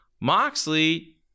Moxley